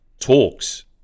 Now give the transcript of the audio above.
talks